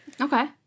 okay